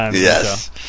Yes